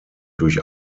durch